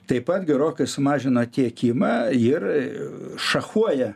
taip pat gerokai sumažino tiekimą ir šachuoja